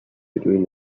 between